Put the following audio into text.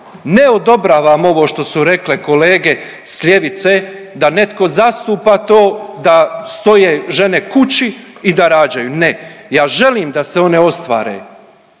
ne odobravam ovo što su rekle kolege s ljevice da netko zastupa to da stoje žene kući i da rađaju. Ne, ja želim da se one ostvare